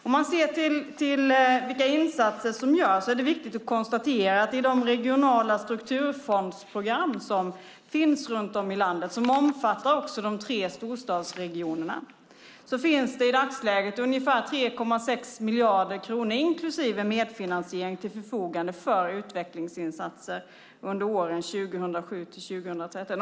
Om man ser till vilka insatser som görs är det viktigt att konstatera att det i de regionala strukturfondsprogram som finns runt om i landet och som omfattar också de tre storstadsregionerna i dagsläget finns ungefär 3,6 miljarder kronor inklusive medfinansiering till förfogande för utvecklingsinsatser under åren 2007-2013.